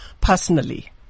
personally